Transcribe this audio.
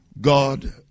God